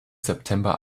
september